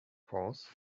course